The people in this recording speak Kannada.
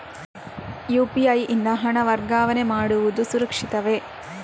ಯು.ಪಿ.ಐ ಯಿಂದ ಹಣ ವರ್ಗಾವಣೆ ಮಾಡುವುದು ಸುರಕ್ಷಿತವೇ?